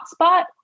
hotspot